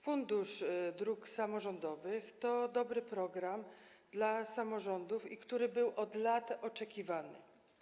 Fundusz Dróg Samorządowych to dobry program dla samorządów, który był od lat oczekiwany.